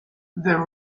the